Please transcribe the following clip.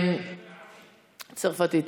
צרפתית.